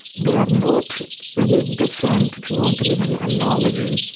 they are not any different, if you want to give an analogy,